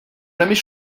jamais